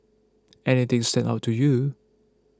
anything stand out to you